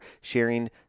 sharing